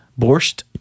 borscht